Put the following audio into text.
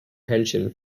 pension